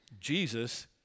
Jesus